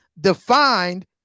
defined